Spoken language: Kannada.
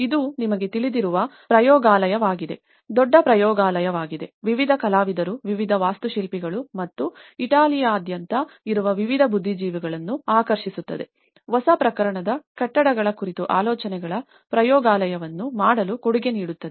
ಇದು ನಿಮಗೆ ತಿಳಿದಿರುವ ಪ್ರಯೋಗಾಲಯವಾಗಿದೆ ದೊಡ್ಡ ಪ್ರಯೋಗಾಲಯವಾಗಿದೆ ವಿವಿಧ ಕಲಾವಿದರು ವಿವಿಧ ವಾಸ್ತುಶಿಲ್ಪಿಗಳು ಮತ್ತು ಇಟಲಿಯಾದ್ಯಂತ ಬರುವ ವಿವಿಧ ಬುದ್ಧಿಜೀವಿಗಳನ್ನು ಆಕರ್ಷಿಸುತ್ತದೆ ಹೊಸ ಪ್ರಕಾರದ ಕಟ್ಟಡಗಳ ಕುರಿತು ಆಲೋಚನೆಗಳ ಪ್ರಯೋಗಾಲಯವನ್ನು ಮಾಡಲು ಕೊಡುಗೆ ನೀಡುತ್ತದೆ